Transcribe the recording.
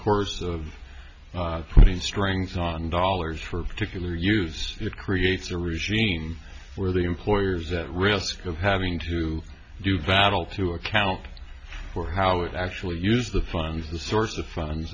course of putting strings on dollars for particular use it creates a regime where the employers at risk of having to do battle to account for how it actually use the funds to source the funds